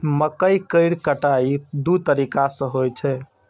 मकइ केर कटाइ दू तरीका सं होइ छै